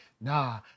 Nah